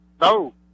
No